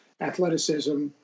athleticism